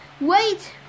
Wait